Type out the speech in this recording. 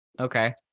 Okay